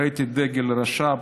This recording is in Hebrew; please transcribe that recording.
ראיתי דגל רש"פ,